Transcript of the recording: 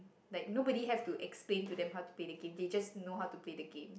like nobody have to explain to them how to play the game they just know how to play the game